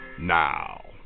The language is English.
now